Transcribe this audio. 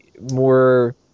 more